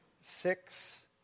six